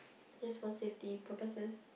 just for safety purposes